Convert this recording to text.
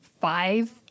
five